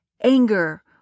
anger